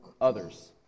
others